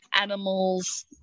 Animals